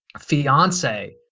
fiance